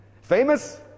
Famous